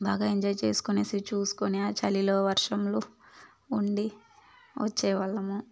బాగా ఎంజాయ్ చేసుకునేసి చూసుకొని ఆ చలిలో వర్షంలో ఉండి వచ్చే వాళ్ళము